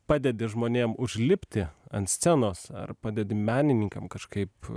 padedi žmonėm užlipti ant scenos ar padedi menininkam kažkaip